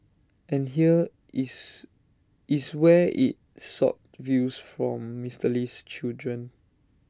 and here is is where IT sought views from Mister Lee's children